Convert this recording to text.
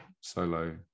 solo